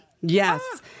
Yes